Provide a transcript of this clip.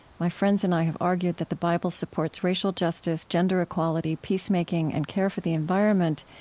my friends and i have argued that the bible supports racial justice, gender equality, peacemaking, and care for the environment,